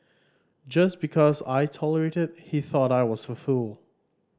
just because I tolerated he thought I was a fool